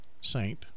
saint